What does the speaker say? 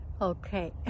okay